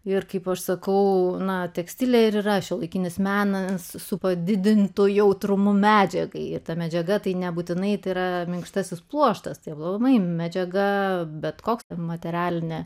ir kaip aš sakau na tekstilę ir yra šiuolaikinis menas su padidintu jautrumu medžiagai ir ta medžiaga tai nebūtinai tai yra minkštasis pluoštas keblumai medžiaga bet koks materialinę